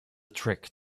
trick